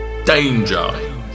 Danger